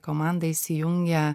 komandą įsijungė